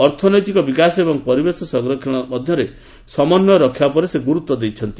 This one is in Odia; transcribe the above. ଅର୍ଥନୈତିକ ବିକାଶ ଏବଂ ପରିବେଶ ସଂରକ୍ଷଣ ମଧ୍ୟରେ ସମନ୍ଧୟ ରକ୍ଷା ଉପରେ ସେ ଗୁରୁତ୍ୱ ଦେଇଛନ୍ତି